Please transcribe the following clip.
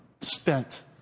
spent